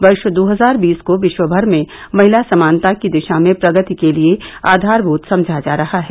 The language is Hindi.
वर्ष दो हजार बीस को विश्वमर में महिला समानता की दिशा में प्रगति के लिए आघारमूत समझा जा रहा है